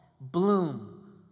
Bloom